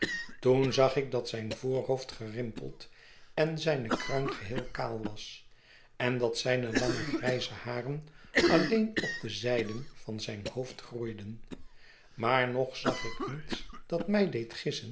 toen zag ik dat zijn voorhoofd gerimpeld en zijne kruin geheel kaal was en dat zijne lange grijze haren alleen op de zijden van zijn hoofd groeiden maar nog zag ik niets dat mij deed gissen